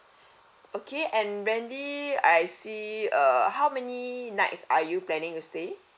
okay and wendy I see err how many nights are you planning to stay